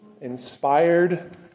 inspired